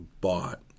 bought